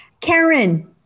Karen